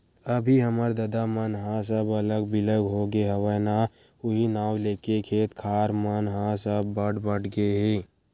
अभी हमर ददा मन ह सब अलग बिलग होगे हवय ना उहीं नांव लेके खेत खार मन ह सब बट बट गे हे